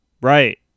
Right